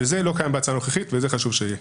וזה לא קיים בהצעה הנוכחית וחשוב שזה יהיה.